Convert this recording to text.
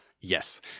Yes